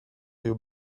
you